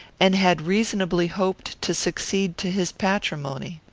and had reasonably hoped to succeed to his patrimony.